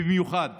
במיוחד